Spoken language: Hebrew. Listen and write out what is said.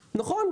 נכון,